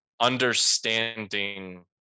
understanding